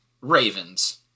Ravens